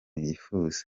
yifuza